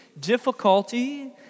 difficulty